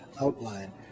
outline